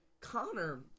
Connor